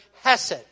hesed